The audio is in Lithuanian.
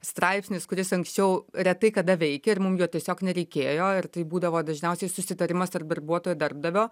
straipsnis kuris anksčiau retai kada veikė ir mums jo tiesiog nereikėjo ir tai būdavo dažniausiai susitarimas tarp darbuotojo darbdavio